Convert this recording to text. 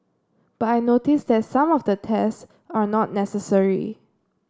but I notice that some of the tests are not necessary